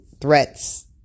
Threats